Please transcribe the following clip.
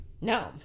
No